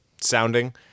Sounding